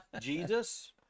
Jesus